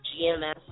GMS